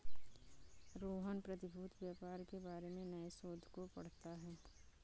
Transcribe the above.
रोहन प्रतिभूति व्यापार के बारे में नए शोध को पढ़ता है